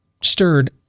stirred